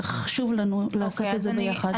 זה חשוב לנו לעשות את זה ביחד.